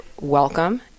welcome